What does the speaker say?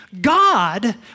God